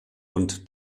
und